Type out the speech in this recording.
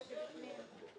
אלה שבפנים.